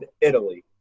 Italy